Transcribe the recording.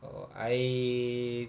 oh I